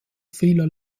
vieler